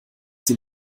sie